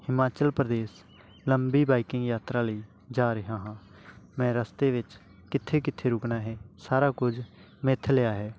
ਹਿਮਾਚਲ ਪ੍ਰਦੇਸ਼ ਲੰਬੀ ਬਾਈਕਿੰਗ ਯਾਤਰਾ ਲਈ ਜਾ ਰਿਹਾ ਹਾਂ ਮੈਂ ਰਸਤੇ ਵਿੱਚ ਕਿੱਥੇ ਕਿੱਥੇ ਰੁਕਣਾ ਹੈ ਸਾਰਾ ਕੁਝ ਮਿਥ ਲਿਆ ਹੈ